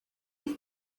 ist